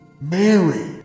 Mary